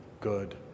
Good